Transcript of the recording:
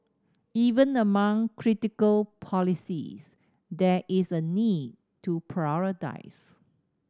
even among critical policies there is a need to prioritise